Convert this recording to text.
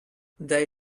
they